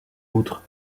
outre